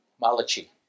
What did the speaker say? Malachi